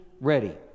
ready